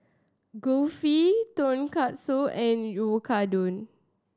Kulfi Tonkatsu and Oyakodon